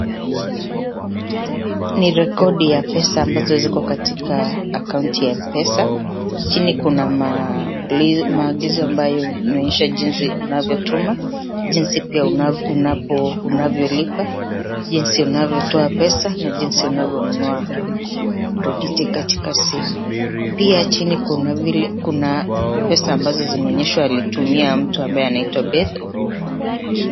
Ni rekodi ya pesa ambazo ziko katika akaunti ya Mpesa, chini kuna maagizo ambayo yanaonyesha jinsii unavyotuma, jinsi pia unavyolipa, jinsi unavyotoa pesa na jinsi unavyonunua krediti katika simu. Pia chini kuna pesa ambazo alitumia mtu ambaye anaitwa Beth Oburu.